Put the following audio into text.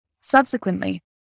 Subsequently